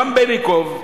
רם בלינקוב,